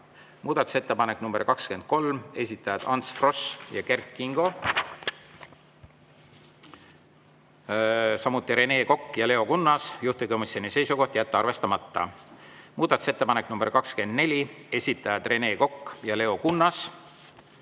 Muudatusettepanek nr 23, esitajad Ants Frosch ja Kert Kingo, samuti Rene Kokk ja Leo Kunnas, juhtivkomisjoni seisukoht on jätta arvestamata. Muudatusettepanek nr 24, esitajad Rene Kokk ja Leo Kunnas,